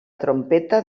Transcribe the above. trompeta